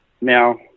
now